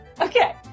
Okay